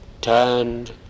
turned